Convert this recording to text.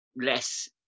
less